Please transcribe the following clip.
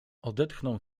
odetchnął